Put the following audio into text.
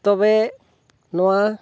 ᱛᱚᱵᱮ ᱱᱚᱣᱟ